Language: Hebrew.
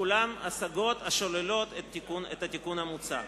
כולן השגות השוללות את התיקון המוצע.